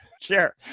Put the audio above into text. Sure